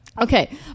Okay